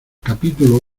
capítulos